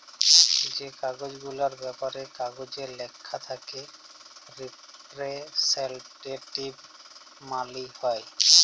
যে টাকা গুলার ব্যাপারে কাগজে ল্যাখা থ্যাকে রিপ্রেসেলট্যাটিভ মালি হ্যয়